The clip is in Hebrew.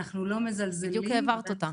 אנחנו לא מזלזלים --- בדיוק העברת אותה.